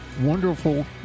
wonderful